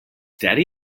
daddy